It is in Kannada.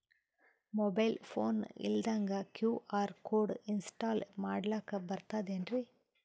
ಮೊಬೈಲ್ ಫೋನ ಇಲ್ದಂಗ ಕ್ಯೂ.ಆರ್ ಕೋಡ್ ಇನ್ಸ್ಟಾಲ ಮಾಡ್ಲಕ ಬರ್ತದೇನ್ರಿ?